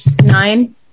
nine